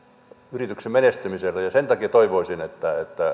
yrityksen menestymiselle ja sen takia toivoisin että